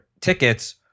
tickets